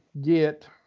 get